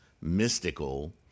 mystical